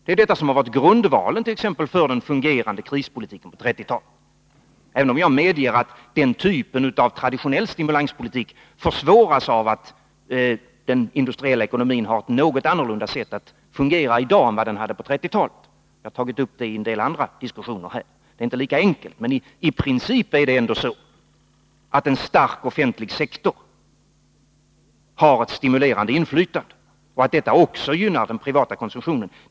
Det är detta som har varit grundvalen för t.ex. den fungerande krispolitiken på 1930-talet, även om jag medger att den typen av traditionell stimulanspolitik försvåras av att den industriella ekonomin har ett något annorlunda sätt att fungera i dag än den hade på 1930-talet — jag har tagit upp det i en del andra diskussioner här. Det är inte lika enkelt, men i princip är det ändå så, att en stark offentlig sektor har ett stimulerande inflytande och att detta också gynnar den privata konsumtionen.